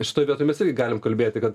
šitoj vietoj mes irgi galim kalbėti kad